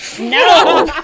No